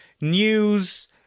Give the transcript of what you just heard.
news